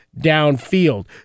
downfield